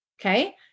Okay